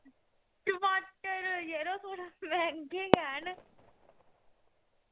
टमाटर यरो मैहंगे गै न